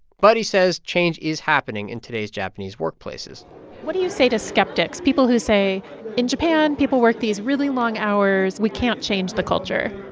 but, he says, change is happening in today's japanese japanese workplaces what do you say to skeptics, people who say in japan, people work these really long hours we can't change the culture?